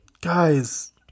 guys